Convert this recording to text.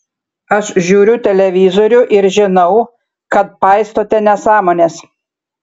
aš žiūriu televizorių ir žinau kad paistote nesąmones